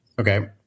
Okay